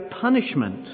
punishment